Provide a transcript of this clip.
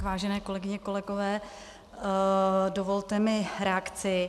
Vážené kolegyně, kolegové, dovolte mi reakci.